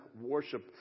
worship